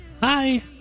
Hi